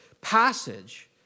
passage